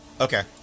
Okay